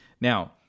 Now